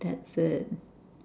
that's it